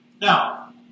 Now